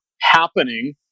happening